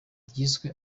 ryiswe